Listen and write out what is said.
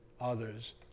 others